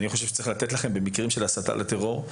ואני חושב שצריך לתת לכם במקרים של הסתה לטרור,